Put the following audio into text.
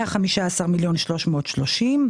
115,330,000,